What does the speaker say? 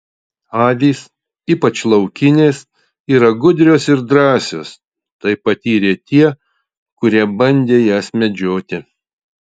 avys ypač laukinės yra gudrios ir drąsios tai patyrė tie kurie bandė jas medžioti